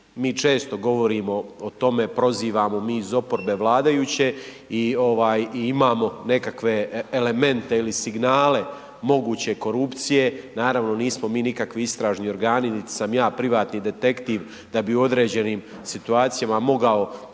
mi često govorimo o tome prozivamo mi iz oporbe vladajuće i ovaj imamo nekakve elemente ili signale moguće korupcije, naravno nismo mi nikakvi istražni organi niti sam ja privatni detektiv da bi u određenim situacijama mogao